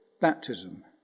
baptism